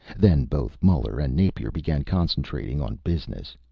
then both muller and napier began concentrating on business.